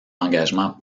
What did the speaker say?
engagement